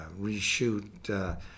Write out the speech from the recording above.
reshoot